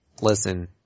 Listen